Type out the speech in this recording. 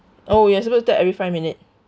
oh we were supposed to tap every five minute